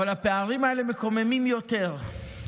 אבל הפערים האלה מקוממים יותר.